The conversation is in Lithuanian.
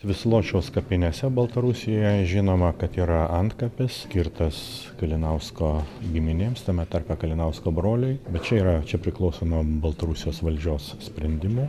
visločios kapinėse baltarusijoje žinoma kad yra antkapis skirtas kalinausko giminėms tame tarpe kalinausko broliui bet čia yra čia priklauso nuo baltarusijos valdžios sprendimų